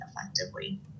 effectively